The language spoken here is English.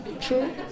True